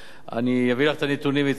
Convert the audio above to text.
אני אביא לך את הנתונים ואת ההתפלגויות.